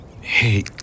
Hey